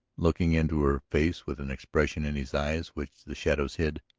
looking into her face with an expression in his eyes which the shadows hid,